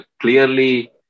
clearly